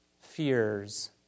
fears